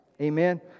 Amen